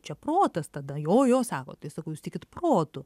čia protas tada jo jo sako tai sakau jūs tikit protu